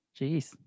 Jeez